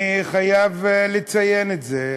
אני חייב לציין את זה.